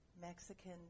Mexican